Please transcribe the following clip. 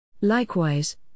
Likewise